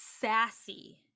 sassy